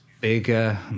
bigger